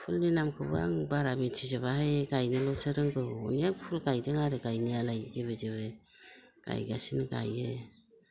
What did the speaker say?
फुल नामखौबो आं बारा मिथिजोबाहाय गायनोल'सो रोंगौ अनेख फुल गायदों आरो गायनायालाय जेबो जेबो गायगासिनो गायो